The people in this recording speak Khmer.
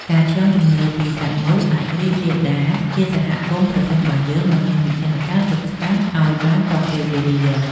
ការឆ្លងជំងឺពីសត្វមូសអាចរីករាលដាលជាសហគមន៍ប្រសិនបើយើងមិនមានវិធានការទប់ស្កាត់ឱ្យបានទាន់ពេលវេលា។